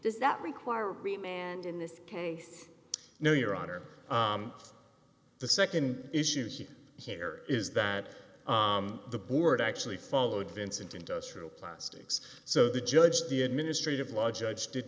does that require remain and in this case no your honor the second issue see here is that the board actually followed vincent industrial plastics so the judge the administrative law judge did